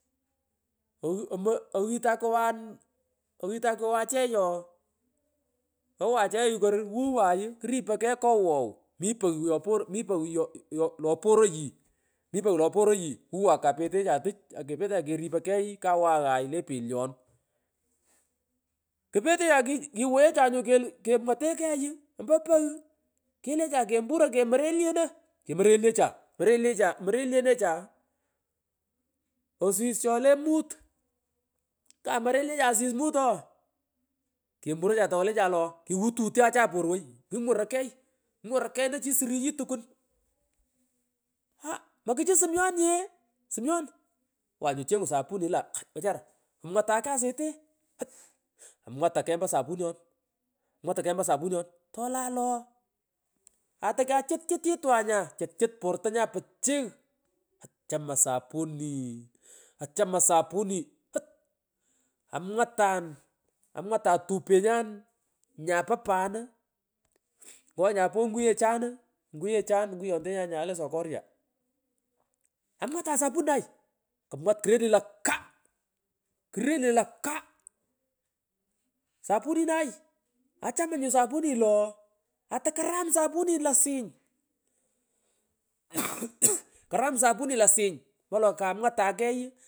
Ooh, omo oghi ii takyowan aah takyowan achey ooh uware achey korwaw, ay kripay kegh kowow mi poogh yoeor mipogh yo tol yoporoghi wolororosi ii wuway kapetecha tuh akepetecha keripoly kush kawaghay te relyoni mmh kwoyechanyu kelu kemwote kagh ompo pogh kelecha kempuro komoro yeno komorolyecha morefyecha osis chole mut ngamarofyecha osis mut oo tolecha loo kutowutsho acha porway kingworoy kegh kingweny key entochi surungi bukwan kumugh aah mokuchu sunyon nye summyon mmh owan nyu chengwa sapuni olari kwach wechara mwataa kagh umeo sabunion tolala ooh atukachutchutitwan nya chuchutportonyan puchighouch chamani sapuni amwatani amwatani otupenyan nyapo pan uuh nyo nyoea anguyacha onguyontenyan nyae le sokoria kumiag amwatan saeuninay kumwat kurelit la kaa kerelit lo kaa aah sapuainayi achama nyu sapunilo boh atukaram sapuni lasingi ughurughi karum. Sapuni lasing ompo wole kamoa tan keghuyuush uh uh uh uh uh.